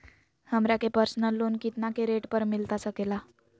हमरा के personal loan कितना के रेट पर मिलता सके ला?